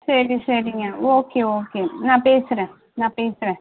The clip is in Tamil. சரி சரிங்க ஓகே ஓகே நான் பேசுகிறேன் நான் பேசுகிறேன்